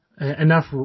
enough